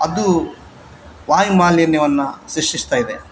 ಅದು ವಾಯುಮಾಲಿನ್ಯವನ್ನು ಸೃಷ್ಟಿಸ್ತಾ ಇದೆ